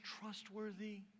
trustworthy